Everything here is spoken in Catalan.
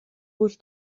vos